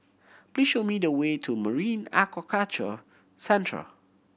please show me the way to Marine Aquaculture Centre